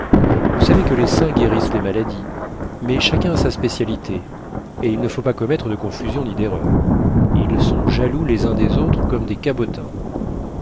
vous savez que les saints guérissent les maladies mais chacun a sa spécialité et il ne faut pas commettre de confusion ni d'erreurs ils sont jaloux les uns des autres comme des cabotins